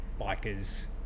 biker's